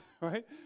right